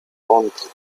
rounded